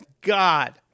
God